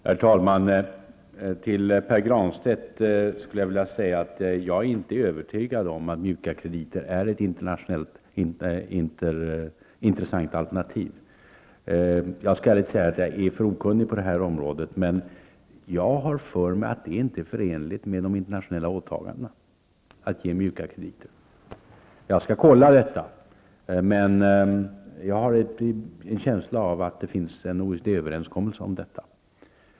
Herr talman! Jag är inte, Pär Granstedt, övertygad om att mjuka krediter är ett internationellt intressant alternativ. Jag skall ärligt säga att jag är för okunnig på detta område, men jag har för mig att det inte är förenligt med de internationella åtagandena att ge mjuka krediter. Jag skall kontrollera detta, men jag har en känsla av att det finns en OECD-överenskommelse om detta.